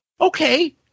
okay